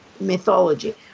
mythology